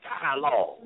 dialogue